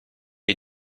est